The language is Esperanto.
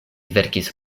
verkis